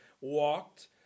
walked